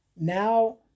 Now